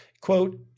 quote